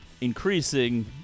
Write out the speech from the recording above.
Increasing